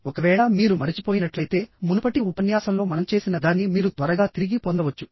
ఒకవేళ మీరు మరచిపోయినట్లయితేమునుపటి ఉపన్యాసంలో మనం చేసిన దాన్ని మీరు త్వరగా తిరిగి పొందవచ్చు